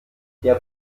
der